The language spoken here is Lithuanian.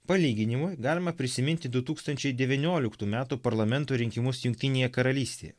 palyginimui galima prisiminti du tūkstančiai devynioliktų metų parlamento rinkimus jungtinėje karalystėje